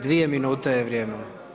Dvije minute je vrijeme.